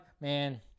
man